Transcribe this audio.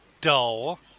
dull